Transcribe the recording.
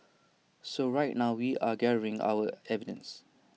so right now we're gathering our evidence